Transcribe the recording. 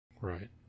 right